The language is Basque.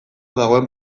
dagoen